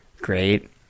great